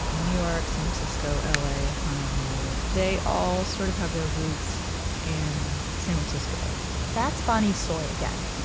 new york, san francisco, l a, honolulu. they all sort of have their roots in san francisco that's bonnie tsui again.